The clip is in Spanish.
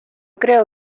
creo